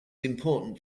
important